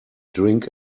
drink